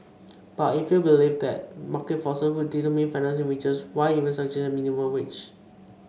but if you believe that market forces would determine fairness in wages why even suggest a minimum wage